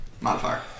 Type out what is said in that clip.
Modifier